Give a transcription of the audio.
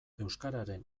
euskararen